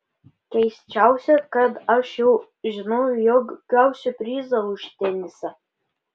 keisčiausia kad aš jau žinau jog gausiu prizą už tenisą